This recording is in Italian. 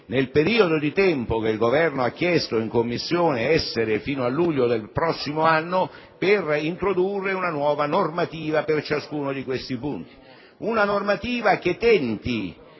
nel periodo di tempo che il Governo ha chiesto in Commissione (fino al luglio del prossimo anno) per introdurre una nuova normativa per ciascuno di questi punti. Una normativa che tenti